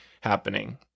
happening